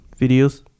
Videos